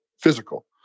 physical